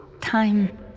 Time